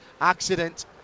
accident